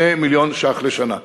2 מיליון ש"ח, לשנה.